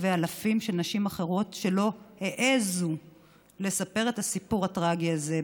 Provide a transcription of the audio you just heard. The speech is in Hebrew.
ואלפים של נשים אחרות שלא העזו לספר את הסיפור הטרגי הזה.